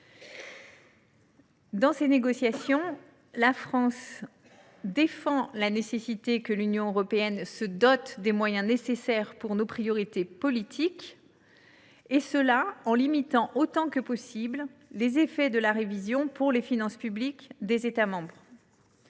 Dans ces négociations, la France défend la nécessité que l’Union européenne se dote des moyens nécessaires à la mise en œuvre de nos priorités politiques, tout en limitant autant que possible les effets de la révision pour les finances publiques des États membres.